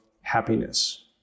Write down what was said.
happiness